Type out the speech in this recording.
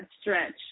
stretch